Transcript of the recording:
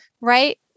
right